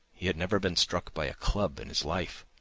he had never been struck by a club in his life,